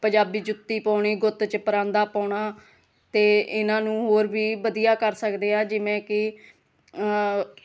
ਪੰਜਾਬੀ ਜੁੱਤੀ ਪਾਉਣੀ ਗੁੱਤ 'ਚ ਪਰਾਂਦਾ ਪਾਉਣਾ ਅਤੇ ਇਹਨਾਂ ਨੂੰ ਹੋਰ ਵੀ ਵਧੀਆ ਕਰ ਸਕਦੇ ਹਾਂ ਜਿਵੇਂ ਕਿ